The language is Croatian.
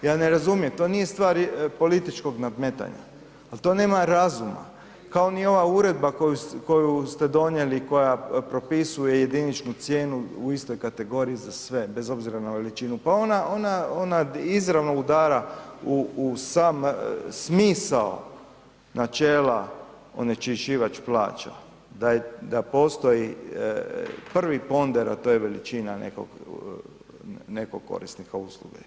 Ja ne razumijem, to nije stvar političkog nadmetanja, al to nema razuma kao ni ova uredba koju ste donijeli koja propisuje jediničnu cijenu u istoj kategoriji za sve bez obzira na veličinu, pa ona izravno udara u sam smisao načela onečišćivač plaća, da postoji prvi ponder a to je veličina nekog korisnika usluge.